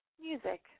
music